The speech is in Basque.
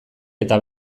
eta